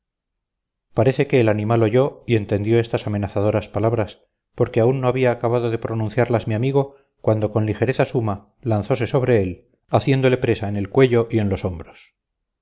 parece que el animal oyó y entendió estas amenazadoras palabras porque aún no había acabado de pronunciarlas mi amigo cuando con ligereza suma lanzose sobre él haciéndole presa en el cuello y en los hombros